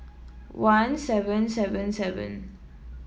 one seven seven seven